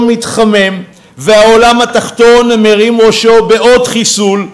מתחמם והעולם התחתון מרים ראשו בעוד חיסול,